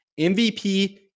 MVP